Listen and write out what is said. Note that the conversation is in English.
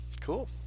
Cool